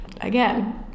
Again